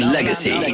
Legacy